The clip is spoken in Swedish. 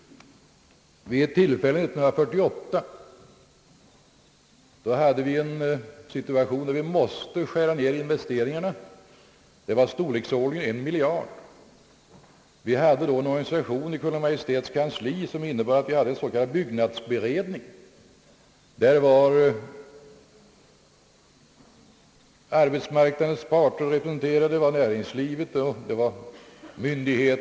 Vid ett tillfälle, år 1948, hade vi en situation där vi måste skära ned investeringarna. Det behövdes en nedskärning till ett belopp av storleksordningen en miljard kronor. Vi hade då i Kungl. Maj:ts kansli en organisation som innebar en s.k. byggnadsberedning. Arbetsmarknadens parter, näringslivet och vissa myndigheter var där representerade.